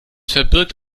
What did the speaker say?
verbirgt